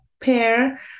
pair